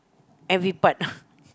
every part